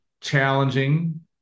challenging